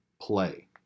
Play